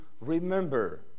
Remember